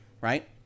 right